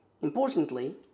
Importantly